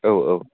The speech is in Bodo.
औ औ